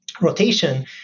rotation